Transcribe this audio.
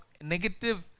negative